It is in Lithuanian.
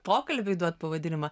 pokalbiui duot pavadinimą